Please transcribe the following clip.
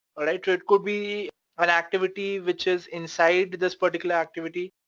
alright? it could be an activity which is inside this particular activity.